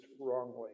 wrongly